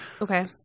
Okay